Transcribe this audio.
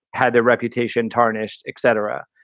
had their reputation tarnished, etc.